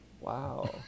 wow